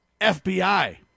FBI